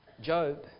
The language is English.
Job